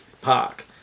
park